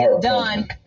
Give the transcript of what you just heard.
done